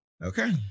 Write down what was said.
Okay